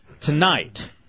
tonight